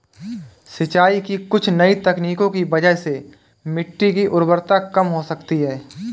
सिंचाई की कुछ नई तकनीकों की वजह से मिट्टी की उर्वरता कम हो सकती है